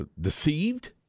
deceived